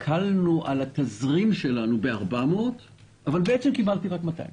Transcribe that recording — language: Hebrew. הקלנו על התזרים שלנו ב-400 מיליון אבל בעצם קיבלתי רק 200 מיליון.